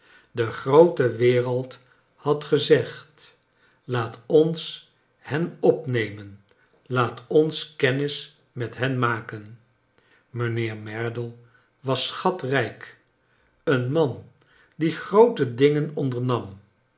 de groote wereld had gezegd laat ons hen opnemen laat ons kennis met hen maken mijnheer merdle was schatrijk een man die groote dingen